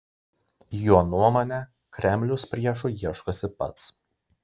jo nuomone kremlius priešų ieškosi pats